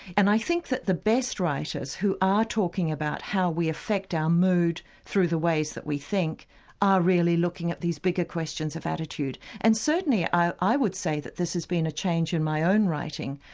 and i think that the best writers who are talking about how we affect our mood through the ways that we think are really looking at these bigger questions of attitude. and certainly i i would say that this has been a change in my own writing.